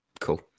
Cool